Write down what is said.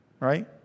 right